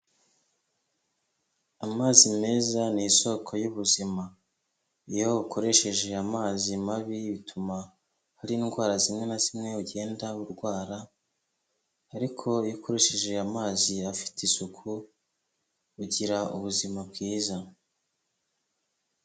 Amazi meza ni isoko y'ubuzima, iyo ukoresheje amazi mabi bituma hari indwara zimwe na zimwe ugenda urwara, ariko iyo ukoresheje amazi afite isuku, ugira ubuzima bwiza.